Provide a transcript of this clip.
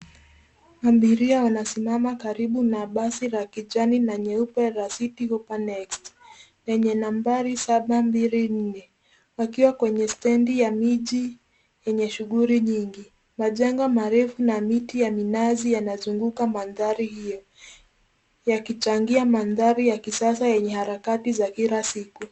Abiria wanasimama karibu na basi la kijani na nyeupe la citi hoppa next, lenye nambari saba mbili nne wakiwa kwenye stendi ya miji yenye shughuli nyingi. Majengo marefu na miti ya minazi yanazunguka mandhari hio yakichangia mandhari ya kisasa yenye harakati za kila siku.